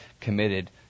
committed